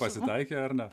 pasitaikė ar ne